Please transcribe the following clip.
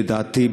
לדעתי,